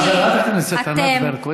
חברת הכנסת ענת ברקו,